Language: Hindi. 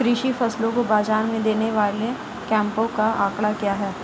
कृषि फसलों को बाज़ार में देने वाले कैंपों का आंकड़ा क्या है?